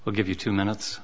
will give you two minutes